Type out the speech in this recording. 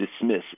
dismiss